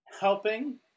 helping